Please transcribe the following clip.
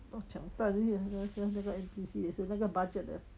!wah! 抢蛋那些那个 N_T_U_C 也是那个 budget 的